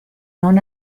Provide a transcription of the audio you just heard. non